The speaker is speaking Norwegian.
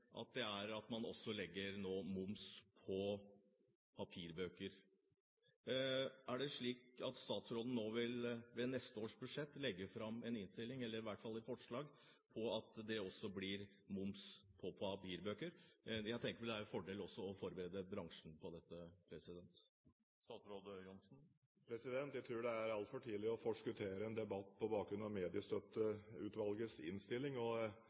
at man også nå legger moms på papirbøker. Er det slik at statsråden ved neste års budsjett vil legge fram et forslag om at det også blir moms på papirbøker? Jeg tenker det er en fordel også å forberede bransjen på dette. Jeg tror det er altfor tidlig å forskuttere en debatt på bakgrunn av Mediestøtteutvalgets innstilling.